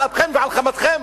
על אפכם ועל חמתכם.